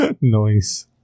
noise